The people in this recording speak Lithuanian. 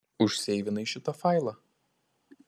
užseivinai šitą failą